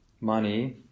money